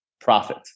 profit